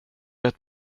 ett